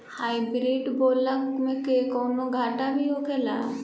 Hybrid बोला के कौनो घाटा भी होखेला?